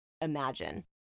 imagine